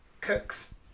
Cooks